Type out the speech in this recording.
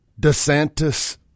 DeSantis